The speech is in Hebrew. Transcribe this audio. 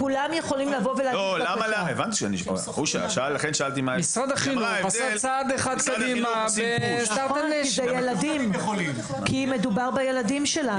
משרד החינוך עשה צעד אחד קדימה --- כי מדובר בילדים שלנו.